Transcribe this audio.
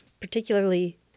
particularly